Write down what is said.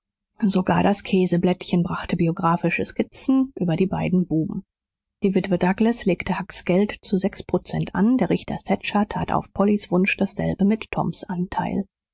sogar das käseblättchen brachte biographische skizzen über die beiden buben die witwe douglas legte hucks geld zu sechs prozent an der richter thatcher tat auf pollys wunsch dasselbe mit toms anteil